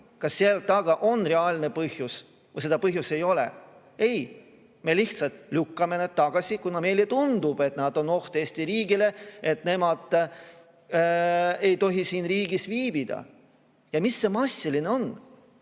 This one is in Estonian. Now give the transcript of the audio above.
kas seal taga on reaalne põhjus või seda põhjust ei ole? Ei, me lihtsalt lükkame nad tagasi, kuna meile tundub, et nad on oht Eesti riigile, et nemad ei tohi siin riigis viibida. Ja mis see massiline on?